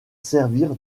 servir